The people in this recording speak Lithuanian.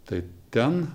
tai ten